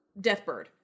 Deathbird